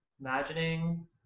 Imagining